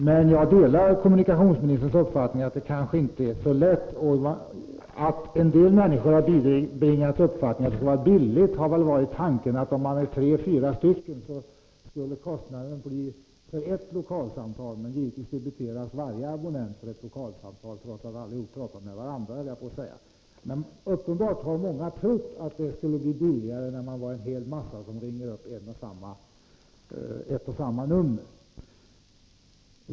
Men jag håller med kommunikationsministern om att det kanske inte är så lätt att komma åt detta. Anledningen till att en del människor bibringats uppfattningen att dessa samtal skulle vara billiga har väl varit tanken att man vid ett samtal mellan tre fyra personer skulle betala för ett lokalsamtal, men givetvis debiteras alla abonnenter som ringer upp ”heta linjen” och deltar i samtalet.